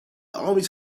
armies